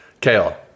Kale